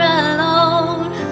alone